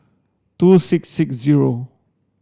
two six six zero